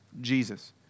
Jesus